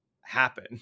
happen